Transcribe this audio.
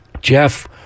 Jeff